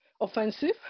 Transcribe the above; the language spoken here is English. offensive